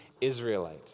Israelite